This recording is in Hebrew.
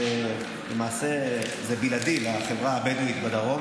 למעשה זה בלעדי לחברה הבדואית בדרום,